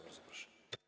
Bardzo proszę.